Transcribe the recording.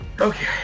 Okay